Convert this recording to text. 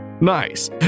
Nice